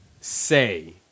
say